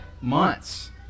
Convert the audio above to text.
months